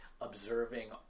observing